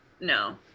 No